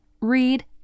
read